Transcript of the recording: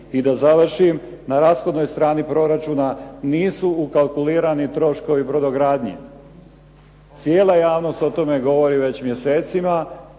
I da završim, na rashodnoj strani proračuna nisu ukalkulirani troškovi brodogradnje. Cijela javnost o tome govori već mjesecima,